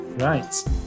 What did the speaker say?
right